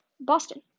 Boston